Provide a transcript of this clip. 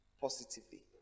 positively